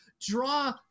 draw